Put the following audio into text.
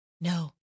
no